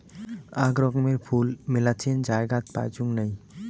আক রকমের ফুল মেলাছেন জায়গাত পাইচুঙ নাই